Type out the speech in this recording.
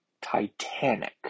Titanic